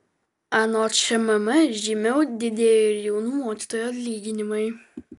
anot šmm žymiau didėjo ir jaunų mokytojų atlyginimai